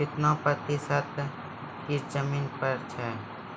कितना प्रतिसत कीट जमीन पर हैं?